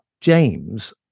James